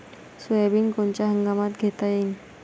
Soybean कोनच्या हंगामात घेता येईन?